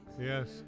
Yes